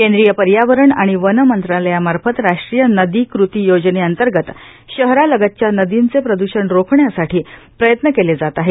केंद्रीय पर्यावरण आणि वन मंत्रालयामार्फत राष्ट्रीय नदी कृती योजनेअंतर्गत शहरालगतच्या नदींचे प्रदूषण रोखण्यासाठी प्रयत्न केले जात आहेत